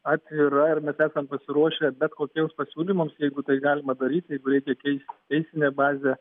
atvira ir mes esam pasiruošę bet kokiems pasiūlymams jeigu tai galima daryti jeigu reikia keist teisinę bazę